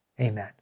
amen